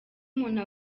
umuntu